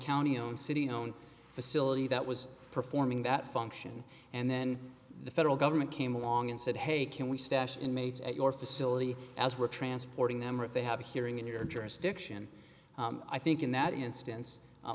county own city own facility that was performing that function and then the federal government came along and said hey can we stash inmates at your facility as we're transporting them or if they have a hearing in your jurisdiction i think in that instance